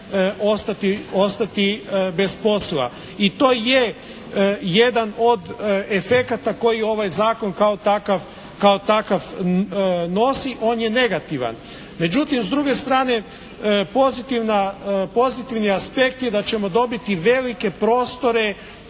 ostati bez posla. I to je jedan od efekata koji ovaj zakon kao takav nosi. On je negativan. Međutim s druge strane pozitivni aspekt je da ćemo dobiti velike prostore